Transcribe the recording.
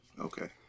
Okay